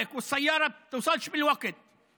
והנהג שנוסע במכונית לא מגיע בזמן,